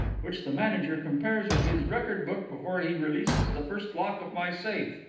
which the manager compares with his record-book before he releases the first lock of my safe.